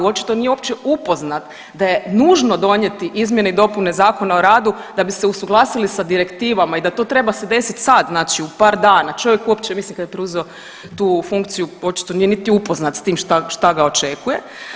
Očito nije uopće upoznat da je nužno donijeti izmjene i dopune Zakona o radu da bi se usuglasili sa direktivama i da to treba desit sad u par dana, čovjek uopće mislim kad je preuzeo tu funkciju očito nije niti upoznat s tim šta ga očekuje.